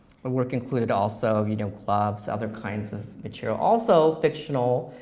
the work included also you know gloves, other kinds of material, also fictional,